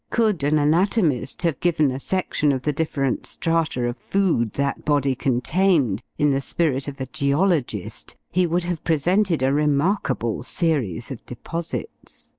could an anatomist have given a section of the different strata of food that body contained, in the spirit of a geologist, he would have presented a remarkable series of deposits.